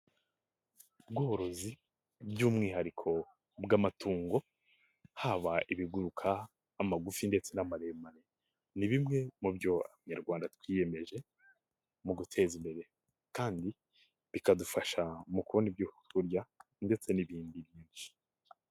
Ubworozi by'umwihariko bw'amatungo, haba ibiguruka, amagufi ndetse n'amaremare, ni bimwe mu byo Abanyarwanda twiyemeje mu kwiteza imbere kandi bikadufasha mu kubona ibyo kurya ndetse n'ibindi byinshi.